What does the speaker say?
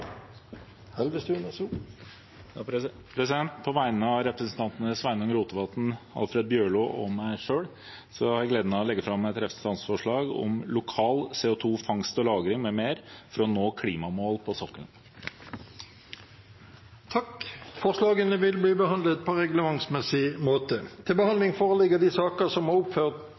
Elvestuen vil framsette et representantforslag. På vegne av representantene Sveinung Rotevatn, Alfred Jens Bjørlo og meg selv har jeg gleden av å legge fram et representantforslag om lokal CO 2 -fangst og -lagring m.m. for å nå klimamål på sokkelen. Forslagene vil bli behandlet på reglementsmessig måte. På bakgrunn av forslag fra utvalget om å